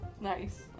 Nice